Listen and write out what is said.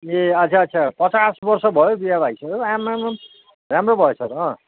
ए अच्छा अच्छा पचास वर्ष भयो बिहा भइसकेको आमामाम राम्रो भएछ त अँ